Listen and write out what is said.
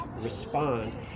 respond